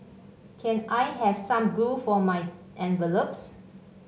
can I have some glue for my envelopes